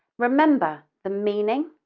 remember the meaning,